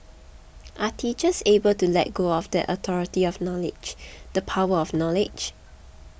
are teachers able to let go of that authority of knowledge the power of knowledge